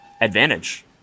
advantage